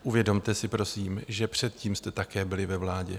Uvědomte si prosím, že předtím jste také byli ve vládě.